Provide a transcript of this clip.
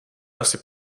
asi